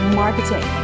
marketing